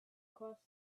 across